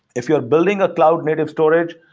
if you're building a cloud native storage,